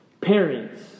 parents